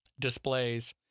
displays